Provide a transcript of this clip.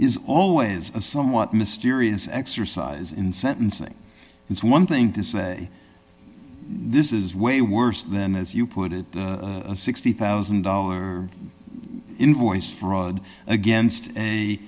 is always a somewhat mysterious exercise in sentencing it's one thing to say this is way worse than as you put it a sixty thousand dollars invoice fraud against a